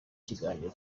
kiganiro